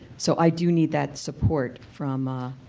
so i do need that support from,